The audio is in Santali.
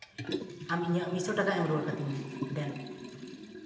ᱟᱢ ᱤᱧᱟᱹᱜ ᱢᱤᱫ ᱥᱚ ᱴᱟᱠᱟ ᱮᱢ ᱨᱩᱣᱟᱹᱲ ᱠᱟᱹᱛᱤᱧ ᱢᱮ ᱫᱮᱱ